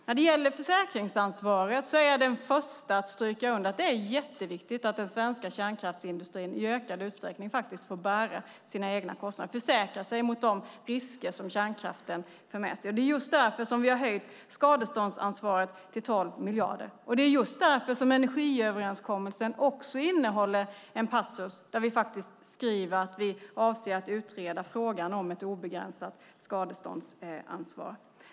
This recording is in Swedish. När det gäller försäkringsansvaret är jag den första att stryka under att det är jätteviktigt att den svenska kärnkraftsindustrin i ökad utsträckning faktiskt får bära sina egna kostnader och försäkra sig mot de risker som kärnkraften för med sig. Det är just därför som vi har höjt skadeståndsansvaret till 12 miljarder, och det är just därför som energiöverenskommelsen också innehåller en passus där vi faktiskt skriver att vi avser att utreda frågan om ett obegränsat skadeståndsansvar.